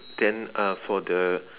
then uh for the